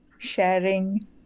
Sharing